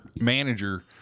manager